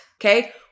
Okay